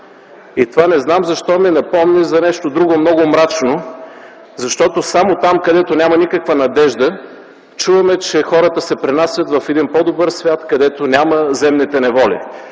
свят. Не знам защо това ми напомни за нещо друго, много мрачно, защото само там, където няма никаква надежда, чуваме, че хората се пренасят в един по-добър свят, където ги няма земните неволи.